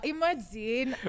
Imagine